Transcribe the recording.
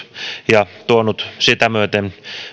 ja tuonut sitä myöten